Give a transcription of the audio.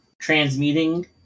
transmuting